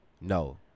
No